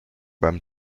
beim